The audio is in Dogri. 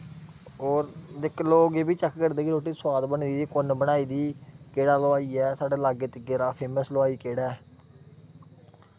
होर बिच्च लोग एह् बी चैक करदे कि रोटी सोआद बनी दी कुन्न बनाई दी केह्ड़ा हलवाई ऐ साढ़े लाग्गे धीग्गे दा फैसम हलवाई केह्ड़ा ऐ